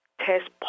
test